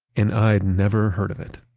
and i'd never heard of it.